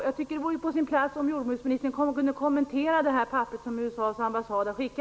Jag tycker det vore på sin plats att jordbruksministern kommenterade detta.